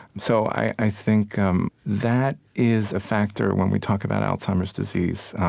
so i i think that is a factor when we talk about alzheimer's disease.